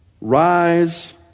rise